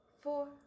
four